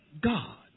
God